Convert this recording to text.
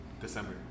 December